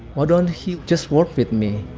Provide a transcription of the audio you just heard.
why don't he just work with me?